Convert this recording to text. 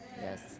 Yes